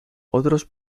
otros